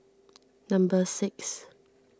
number six